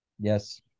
Yes